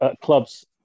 clubs